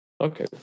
Okay